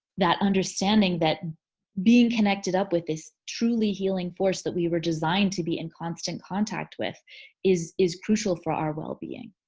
that understanding that being connected up with this truly healing force that we were designed to be in constant contact with is is crucial for our well-being.